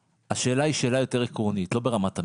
השאלה היא שאלה יותר עקרונית, לא ברמת המיקרו.